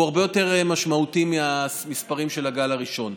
והוא הרבה יותר משמעותי מהמספרים של הגל הראשון.